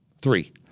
Three